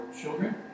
children